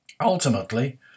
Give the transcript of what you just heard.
Ultimately